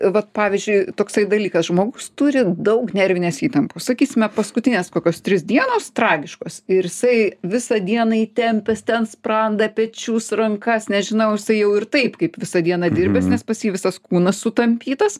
vat pavyzdžiui toksai dalykas žmogus turi daug nervinės įtampos sakysime paskutinės kokios trys dienos tragiškos ir jisai visą dieną įtempęs ten sprandą pečius rankas nežinau jisai jau ir taip kaip visą dieną dirbęs nes pas jį visas kūnas sutampytas